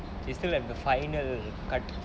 you still have the final cut